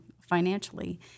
financially